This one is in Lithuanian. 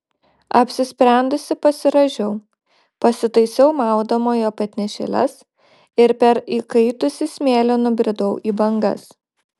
apsisprendusi pasirąžiau pasitaisiau maudomojo petnešėles ir per įkaitusį smėlį nubridau į bangas